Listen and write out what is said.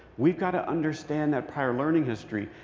we've got to understand that prior learning history,